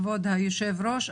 כבוד היושב-ראש,